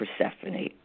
Persephone